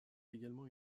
également